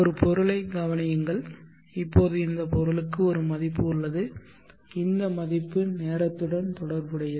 ஒரு பொருளைக் கவனியுங்கள் இப்போது இந்த பொருளுக்கு ஒரு மதிப்பு உள்ளது இந்த மதிப்பு நேரத்துடன் தொடர்புடையது